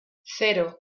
cero